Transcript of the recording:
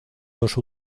dos